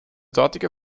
dortige